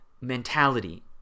mentality